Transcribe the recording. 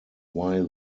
why